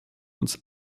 uns